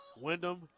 Wyndham